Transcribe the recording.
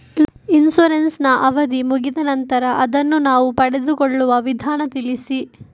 Insurance ನ ಅವಧಿ ಮುಗಿದ ನಂತರ ಅದನ್ನು ನಾವು ಪಡೆದುಕೊಳ್ಳುವ ವಿಧಾನ ತಿಳಿಸಿ?